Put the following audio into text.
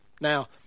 Now